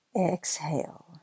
Exhale